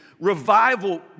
Revival